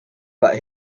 but